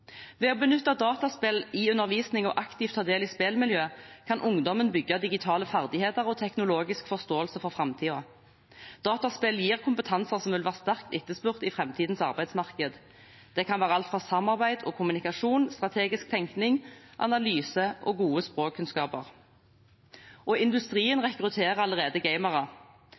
Ved å benytte dataspill i undervisning og aktivt ta del i spillmiljø kan ungdommen bygge digitale ferdigheter og teknologisk forståelse for framtiden. Dataspill gir kompetanser som vil være sterkt etterspurt i framtidens arbeidsmarked. Det kan være alt fra samarbeid og kommunikasjon til strategisk tenkning, analyse og gode språkkunnskaper. Industrien rekrutterer allerede gamere.